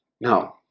No